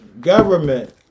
government